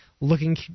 looking